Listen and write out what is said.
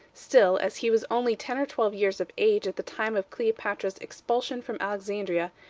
still, as he was only ten or twelve years of age at the time of cleopatra's expulsion from alexandria,